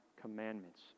commandments